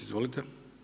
Izvolite.